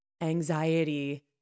anxiety